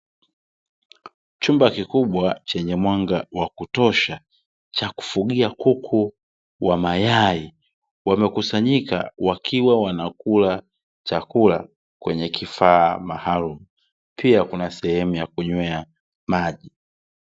Chumba kikubwa, chenye mwanga wa kutosha, cha kufugia kuku wa mayai, wamekusanyika wakiwa wanakula chakula kwenye kifaa maalumu, pia kuna sehemu ya kunywa maji.